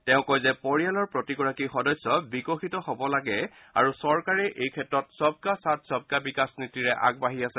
তেওঁ কয় যে পৰিয়ালৰ প্ৰতিগৰাকী সদস্য বিকশিত হব লাগে আৰু চৰকাৰে এই ক্ষেত্ৰত সবকা সাথ সবকা বিকাশ নীতিৰে আগবাঢ়ি আছে